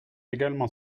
également